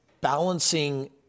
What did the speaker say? balancing